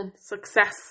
success